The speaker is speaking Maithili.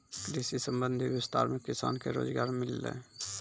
कृषि संबंधी विस्तार मे किसान के रोजगार मिल्लै